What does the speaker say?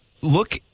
look